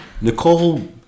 Nicole